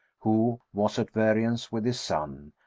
who was at variance with his son,